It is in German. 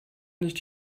nicht